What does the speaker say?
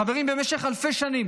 חברים, במשך אלפי שנים